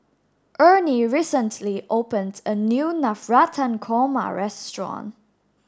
Ernie recently opened a new Navratan Korma restaurant